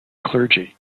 clergy